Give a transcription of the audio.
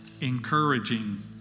encouraging